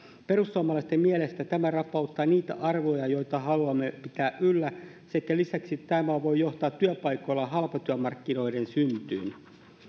perussuomalaisten mielestä tämä rapauttaa niitä arvoja joita haluamme pitää yllä sekä lisäksi tämä voi johtaa työpaikoilla halpatyömarkkinoiden syntyyn